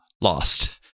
lost